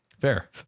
fair